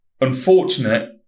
unfortunate